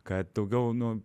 kad daugiau nu